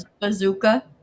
bazooka